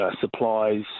supplies